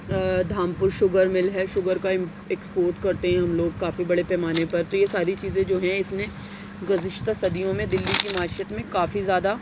دھام پور sugar mill ہے شگر کا ایکسپورٹ کرتے ہیں ہم لوگ کافی بڑے پیمانے پر پھر یہ ساری چیزیں جو ہیں اس نے گزشتہ صدیوں میں دلّی کی معیشت میں کافی زیادہ